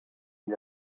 you